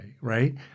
right